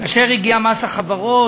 כאשר הגיע מס החברות,